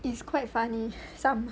it's quite funny some